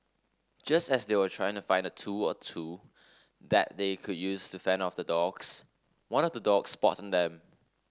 just as they were trying to find a tool or two that they could use to fend off the dogs one of the dogs spotted them